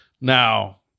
Now